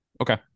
Okay